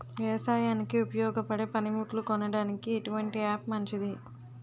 వ్యవసాయానికి ఉపయోగపడే పనిముట్లు కొనడానికి ఎటువంటి యాప్ మంచిది?